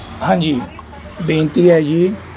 ਹਾਂਜੀ ਬੇਨਤੀ ਹੈ ਜੀ